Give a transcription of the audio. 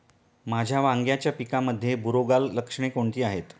माझ्या वांग्याच्या पिकामध्ये बुरोगाल लक्षणे कोणती आहेत?